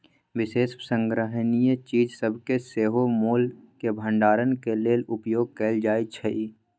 विशेष संग्रहणीय चीज सभके सेहो मोल के भंडारण के लेल उपयोग कएल जाइ छइ